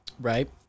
Right